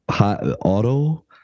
Auto